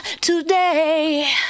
today